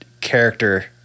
character